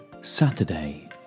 Saturday